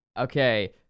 okay